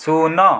ଶୂନ